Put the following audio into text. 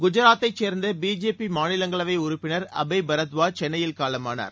குஜராத்தைச் சேர்ந்த பிஜேபி மாநிலங்களவை உறுப்பினர் அபய் பரத்வாஜ் சென்னையில் காலமானார்